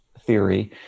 theory